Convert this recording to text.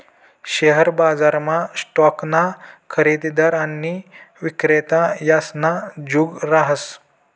share बजारमा स्टॉकना खरेदीदार आणि विक्रेता यासना जुग रहास